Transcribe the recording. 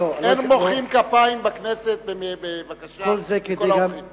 אין מוחאים כפיים בכנסת, בבקשה מכל האורחים.